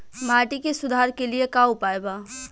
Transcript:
माटी के सुधार के लिए का उपाय बा?